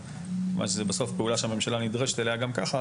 כיוון שזה בסוף פעולה שהממשלה נדרשת אליה גם ככה,